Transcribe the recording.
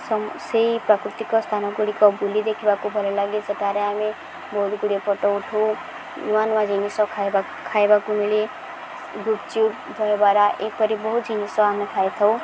ସମ ସେଇ ପ୍ରାକୃତିକ ସ୍ଥାନ ଗୁଡ଼ିକ ବୁଲି ଦେଖିବାକୁ ଭଲଲାଗେ ସେଠାରେ ଆମେ ବହୁତ ଗୁଡ଼ିଏ ଫଟୋ ଉଠାଉ ନୂଆ ନୂଆ ଜିନିଷ ଖାଇବା ଖାଇବାକୁ ମିଳେ ଗୁପଚୁପ୍ ଦହିବରା ଏପରି ବହୁତ ଜିନିଷ ଆମେ ଖାଇଥାଉ